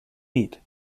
meat